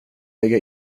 lägga